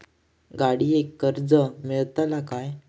गाडयेक कर्ज मेलतला काय?